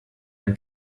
ein